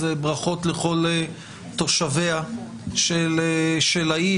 אז ברכות לכל תושביה של העיר,